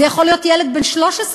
זה יכול להיות ילד בן 13,